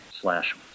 slash